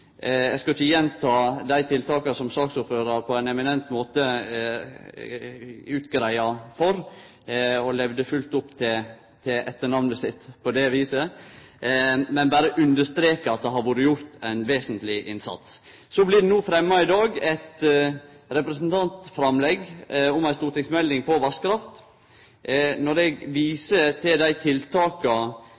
Eg skal ikkje gjenta dei tiltaka som saksordføraren på ein eminent måte gjorde greie for – og levde fullt opp til etternamnet sitt på det viset – men berre understreke at det har vore gjort ein vesentleg innsats. Så blir det no i dag fremja eit representantframlegg om ei stortingsmelding om vasskraft. Når eg viser til dei tiltaka